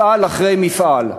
מפעל אחרי מפעל.